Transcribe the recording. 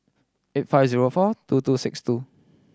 eight five zero four two two six two